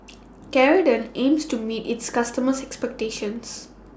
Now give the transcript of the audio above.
Ceradan aims to meet its customers' expectations